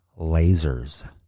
lasers